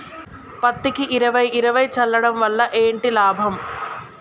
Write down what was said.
పత్తికి ఇరవై ఇరవై చల్లడం వల్ల ఏంటి లాభం?